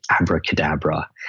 abracadabra